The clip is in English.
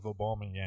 Obama